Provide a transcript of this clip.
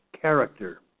character